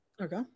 Okay